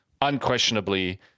unquestionably